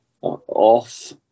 off